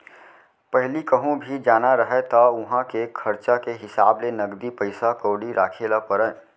पहिली कहूँ भी जाना रहय त उहॉं के खरचा के हिसाब ले नगदी पइसा कउड़ी राखे ल परय